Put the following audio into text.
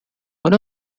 one